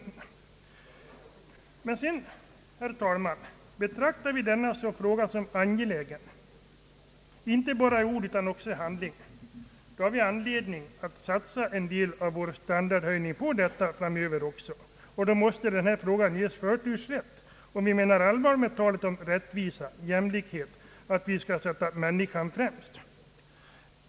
Om vi, herr talman, betraktar denna fråga som angelägen inte bara i ord utan också i handling har vi anledning att satsa en del av vår standardhöjning för att få den tillfredsställande löst. Den måste ges förtursrätt, under förutsättning att vi menar allvar med talet om rättvisa och jämlikhet och att vi skall sätta människan främst.